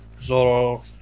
Zoro